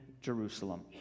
Jerusalem